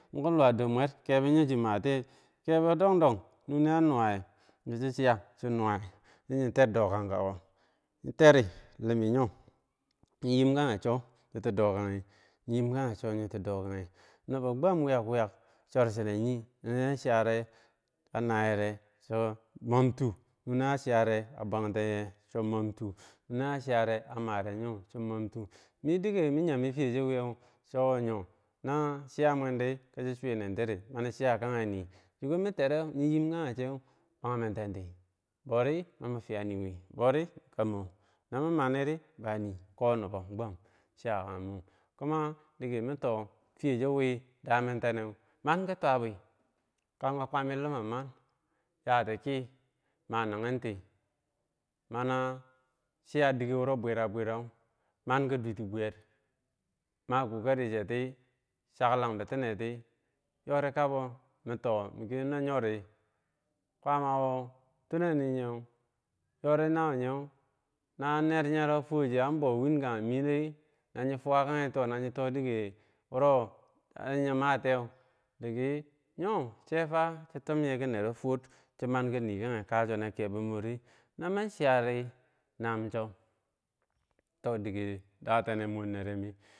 dormuwer, kebo njo chi matiye, kebo don don nyo cochi matiye, nune a nuwa yeh, di chi shiyah chi nuwa ye, di yin ter dokankako, yin teri limiyo di yi yim kage cho, yiki dokagi yi yim kage cho, yiki dokagi, nibo kwab wiyak wiyak chor chinen yi, ki nu cha chiyari cha nayere di chonmam tu, nu ne cha chiyari cha bwang ten yeh di chonmam tu, nu ne cha chiyari cha maniyo di chonmam tu, me dike min yomi fiyeh chi wiyeu chowo yoh. no chiya mwer ki chi swur nenti ri mani chiya kage yi, chiko mi terow kage chew bwang mententi bow ri mani min fiya yii wi kamo, nan bow ri mami fiyah yi wi. konibo gwam chiya kage moh, kuma dike min toh fiyeh shi wi man kitwabi, kango kwami limaman yah tiki, managen ti mana chiya dike. man ki swuti bwer makokaricheti. chakklang bitineti yorikabo, min toh miki no yori tunaniyew kage ner yore fuwo chew an bow win kage miri na yi fwer kagi na toh ni dike wo yah yi ya matieu, diki mor chefa chin tum yeh ki nerow fuwor shin man ki dike kage kabum chem no sum mor ri, noman chiyamdi nam cho so dike daten mor nere mi.